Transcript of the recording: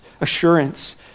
assurance